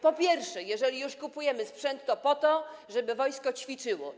Po pierwsze, jeżeli już kupujemy sprzęt, to po to, żeby wojsko ćwiczyło.